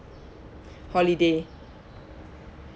holiday